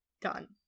done